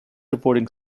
reporting